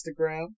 Instagram